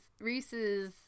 Reese's